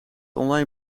online